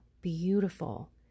beautiful